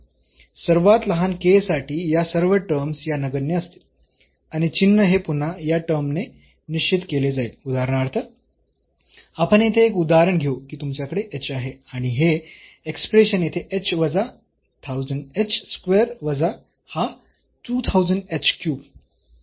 सर्वात लहान k साठी या सर्व टर्म्स या नगण्य असतील आणि चिन्ह हे पुन्हा या टर्म ने निश्चित केले जाईल उदाहरणार्थ आपण येथे एक उदाहरण घेऊ की तुमच्याकडे h आहे आणि हे एक्सप्रेशन येथे h वजा 1000 h स्क्वेअर वजा हा 2000 h क्यूब